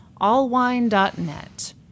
allwine.net